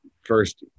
first